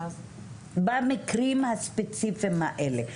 במקרים הספציפיים האלה.